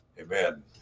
Amen